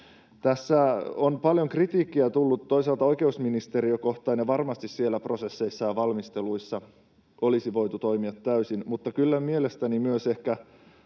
Tässä on paljon kritiikkiä tullut toisaalta oikeusministeriötä kohtaan, ja varmasti siellä prosesseissa ja valmisteluissa olisi voitu toimia toisin, mutta mielestäni myöskään